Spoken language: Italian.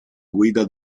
guida